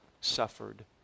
suffered